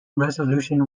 resolution